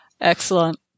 Excellent